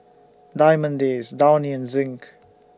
Diamond Days Downy and Zinc